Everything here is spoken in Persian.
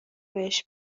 بهش